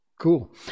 Cool